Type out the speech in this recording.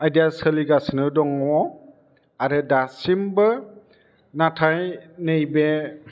आयदाया सोलिगासिनो दङ आरो दासिमबो नाथाय नैबे